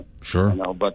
Sure